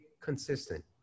consistent